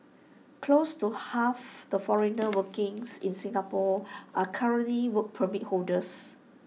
close to half the foreigners workings in Singapore are currently Work Permit holders